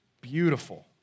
beautiful